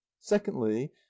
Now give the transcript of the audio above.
secondly